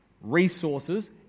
resources